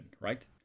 right